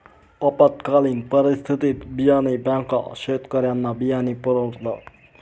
आपत्कालीन परिस्थितीत बियाणे बँका शेतकऱ्यांना बियाणे पुरवतात